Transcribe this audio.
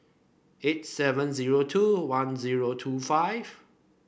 eight seven zero two one zero two five